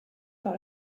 par